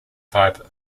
fiber